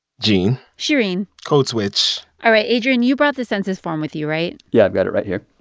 gene shereen code switch all right, adrian, you brought the census form with you, right? yeah, i got it right here